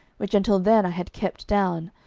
which until then i had kept down,